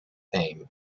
fame